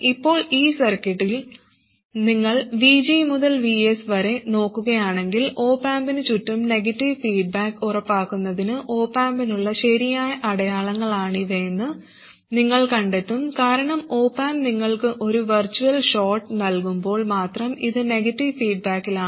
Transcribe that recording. ഇപ്പോൾ ഈ സർക്യൂട്ടിൽ നിങ്ങൾ VG മുതൽ Vs വരെ നോക്കുകയാണെങ്കിൽ ഒപ് ആമ്പിന് ചുറ്റും നെഗറ്റീവ് ഫീഡ്ബാക്ക് ഉറപ്പാക്കുന്നതിന് ഒപ് ആമ്പിനുള്ള ശരിയായ അടയാളങ്ങളാണിവയെന്ന് നിങ്ങൾ കണ്ടെത്തും കാരണം ഒപ് ആമ്പ് നിങ്ങൾക്ക് ഈ വെർച്വൽ ഷോർട് നൽകുമ്പോൾ മാത്രം ഇത് നെഗറ്റീവ് ഫീഡ്ബാക്കിലാണ്